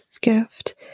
gift